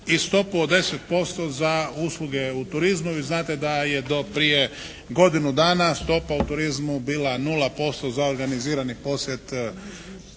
i stopu od 10% za usluge u turizmu i znate da je do prije godinu dana stopa u turizmu bila 0% za organizirani posjet